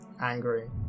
angry